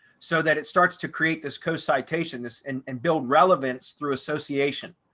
so that it starts to create this co citation this and and build relevance through association,